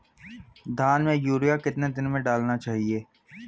धान में यूरिया कितने दिन में डालना चाहिए?